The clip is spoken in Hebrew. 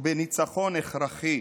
וכניצחון הכרחי.